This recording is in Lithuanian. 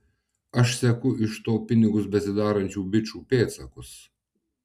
aš seku iš to pinigus besidarančių bičų pėdsakus